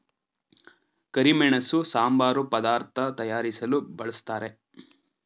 ಕರಿಮೆಣಸು ಸಾಂಬಾರು ಪದಾರ್ಥ ತಯಾರಿಸಲು ಬಳ್ಸತ್ತರೆ